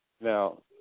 Now